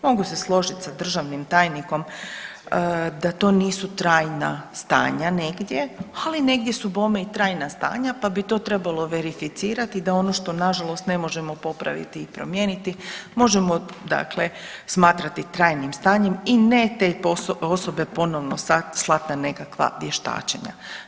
Mogu se složiti sa državnim tajnikom da to nisu trajna stanja negdje, ali negdje su bome i trajna stanja, pa bi to trebalo verificirati, da ono što na žalost ne možemo popraviti i promijeniti, dakle smatrati trajnim stanjem i ne te osobe ponovno slati na nekakva vještačenja.